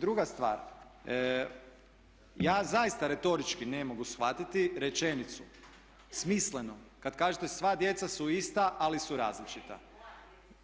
Druga stvar, ja zaista retorički ne mogu shvatiti rečenicu smisleno kad kažete sva djeca su ista, ali su različita [[Upadica